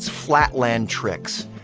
flatland tricks.